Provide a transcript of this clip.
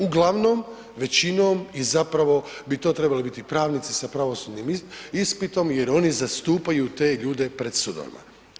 Uglavnom, većinom i zapravo bi to trebali biti pravnici sa pravosudnim ispitom jer oni zastupaju te ljude pred sudovima.